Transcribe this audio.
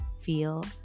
feel